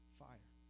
fire